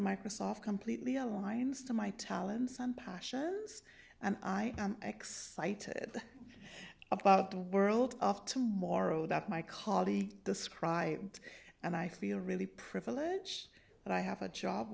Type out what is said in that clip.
microsoft completely aligns to my talents and passions and i am excited about the world of tomorrow that my colleague described and i feel really privileged that i have a job